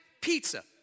pizza